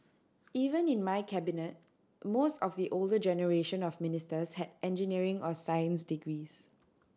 even in my Cabinet most of the older generation of ministers had engineering or science degrees